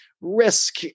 risk